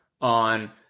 on